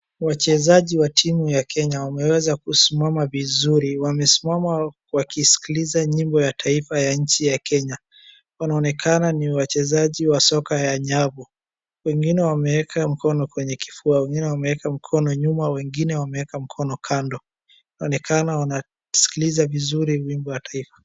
Wachezaji wa timu ya Kenya wameweza kusimama vizuri. Wamesima wakisikiliza nyimbo ya taifa ya nchi ya Kenya. Wanaonekana ni wachezaji wa soka ya nyavu. Wengine wameeka mkono kwa kifua, wengine wameeka mkono nyuma, wengine wameeka mkono kando. Inaonekana wanasikiliza vizuri wimbo wa taifa.